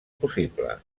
possible